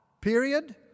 period